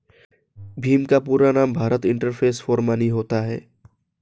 भीम का पूरा नाम भारत इंटरफेस फॉर मनी होता है